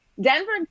Denver